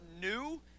new